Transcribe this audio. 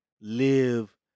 live